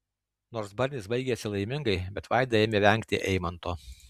nors barnis baigėsi laimingai bet vaida ėmė vengti eimanto